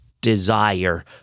desire